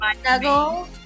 snuggle